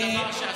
תעיר לו, בבקשה.